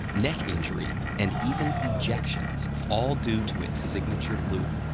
neck injury and even ejections, all due to its signature loop.